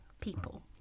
people